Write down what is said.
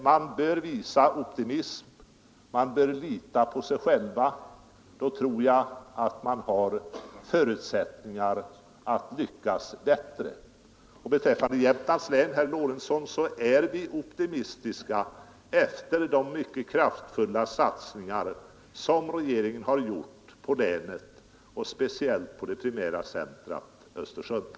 Man bör visa optimism. Man bör lita på ling och hushållning sig själv, då tror jag att man har förutsättningar att lyckas bättre. med mark och vat Beträffande Jämtlands län, herr Lorentzon, är vi optimistiska efter de ten mycket kraftfulla satsningar som regeringen har gjort på länet och speciellt på dess primära centrum, Östersund.